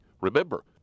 Remember